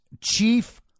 chief